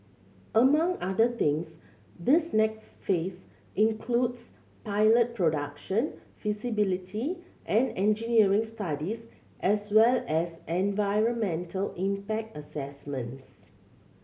among other things this next phase includes pilot production feasibility and engineering studies as well as environmental impact assessments